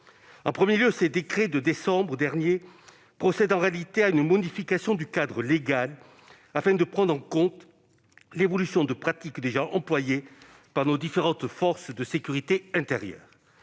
En premier lieu, ces décrets de décembre dernier procèdent en réalité à une modification du cadre légal afin de prendre en compte l'évolution de pratiques déjà employées par nos différentes forces de sécurité intérieure.